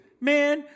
man